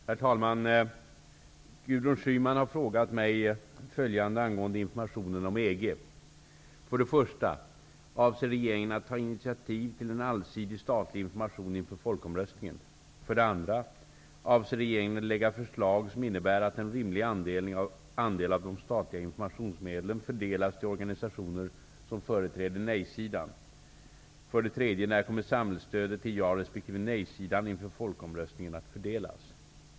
Herr talman! Gudrun Schyman har frågat mig följande angående informationen om EG: ''1. Avser regeringen att ta initiativ för en allsidig statlig information inför folkomröstningen? 2. Avser regeringen att lägga förslag som innebär att en rimlig andel av de statliga informationsmedlen fördelas till organisationer som företräder nej-sidan? 3. När kommer samhällsstödet till ja resp. nejsidan inför folkomröstningen att fördelas?''